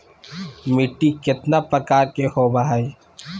मिट्टी केतना प्रकार के होबो हाय?